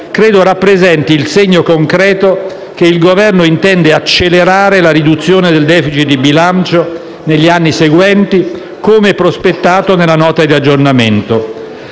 credo rappresenti il segno concreto che il Governo intende accelerare la riduzione del *deficit* di bilancio negli anni seguenti, come prospettato nella Nota di aggiornamento.